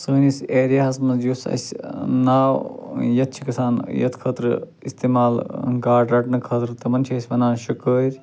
science ایریاہس منٛز یُس اسہِ ناو یَتھ چھِ گژھان یتھ خٲطرٕ استعمال گاڈٕ رٹنہٕ خٲطرٕ تِمن چھِ أسۍ ونان شِکٲرۍ